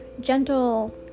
gentle